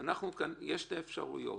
יש שלוש אפשרויות,